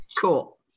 Cool